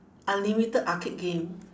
unlimited arcade game